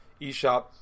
eShop